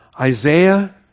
Isaiah